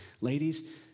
Ladies